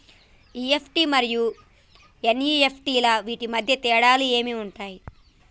EFT మరియు NEFT వీటి మధ్య తేడాలు ఏమి ఉంటాయి?